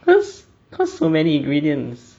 cause cause so many ingredients